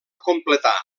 completar